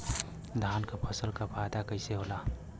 धान क फसल क फायदा कईसे होला?